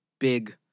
Big